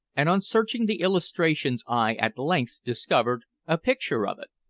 and on searching the illustrations i at length discovered a picture of it.